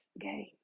game